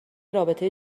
رابطه